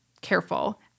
careful